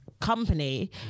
company